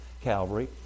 Calvary